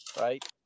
right